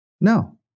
No